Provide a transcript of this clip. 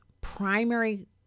primary